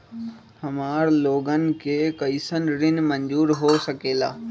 हमार लोगन के कइसन ऋण मंजूर हो सकेला?